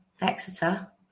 Exeter